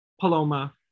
Paloma